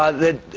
ah that